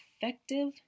effective